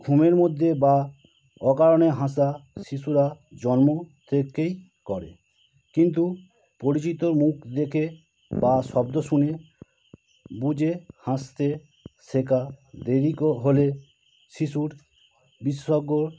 ঘুমের মধ্যে বা অকারণে হাসা শিশুরা জন্ম থেকেই করে কিন্তু পরিচিত মুখ দেখে বা শব্দ শুনে বুঝে হাসতে শেখা দেরি ক হলে শিশুর বিশেষজ্ঞর